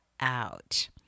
out